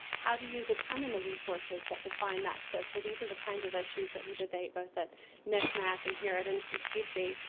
how do you determine the resources that define nexus, so these are the kinds of issues that we debate both at ncmac and here at ncpc.